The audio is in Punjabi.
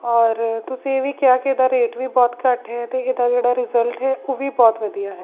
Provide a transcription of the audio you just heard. ਔਰ ਤੁਸੀਂ ਇਹ ਵੀ ਕਿਹਾ ਕਿ ਇਹਦਾ ਰੇਟ ਵੀ ਬਹੁਤ ਘੱਟ ਹੈ ਅਤੇ ਇਹਦਾ ਜਿਹੜਾ ਰਿਜਲਟ ਹੈ ਉਹ ਵੀ ਬਹੁਤ ਵਧੀਆ ਹੈ